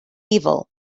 evil